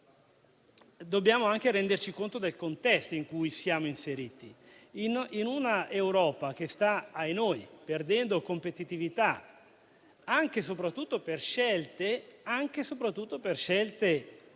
dobbiamo anche renderci conto del contesto in cui siamo inseriti, in un'Europa che - ahinoi - sta perdendo competitività, anche e soprattutto per scelte